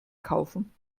kaufen